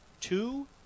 two